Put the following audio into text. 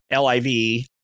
LIV